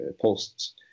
posts